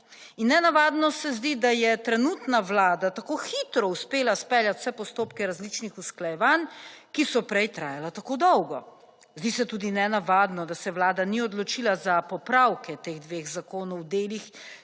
In nenavadno se zdi, da je trenutna vlada tako hitro uspela speljati vse postopke različnih usklajevanj, ki so prej trajala tako dolgo. Zdi se tudi nenavadno, da se Vlada ni odločila za popravke teh dveh zakonov v delih,